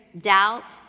doubt